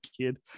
kid